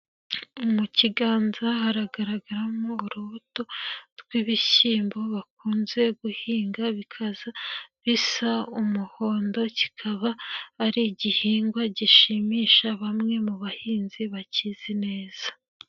Mu kiganza haragaragaramo urubuto rw'ibishyimbo bakunze guhinga bikaza bisa umuhondo, kikaba ari igihingwa gishimisha bamwe mu bahinzi bakizi neza.